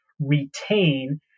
retain